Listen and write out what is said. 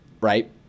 right